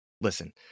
listen